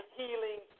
healing